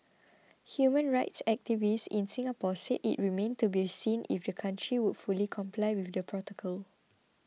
human rights activists in Singapore said it remained to be seen if the country would fully comply with the protocol